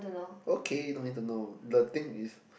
okay don't need to know the thing is